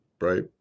Right